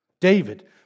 David